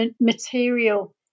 material